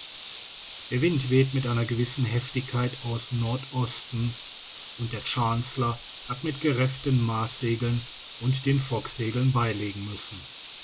der wind weht mit einer gewissen heftigkeit aus nordosten und der chancellor hat mit gerefften marssegeln und den focksegeln beilegen müssen